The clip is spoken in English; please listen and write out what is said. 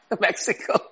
Mexico